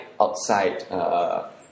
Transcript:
outside